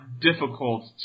difficult